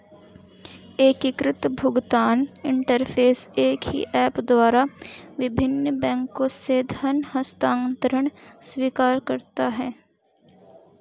एकीकृत भुगतान इंटरफ़ेस एक ही ऐप द्वारा विभिन्न बैंकों से धन हस्तांतरण स्वीकार करता है